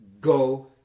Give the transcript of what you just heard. go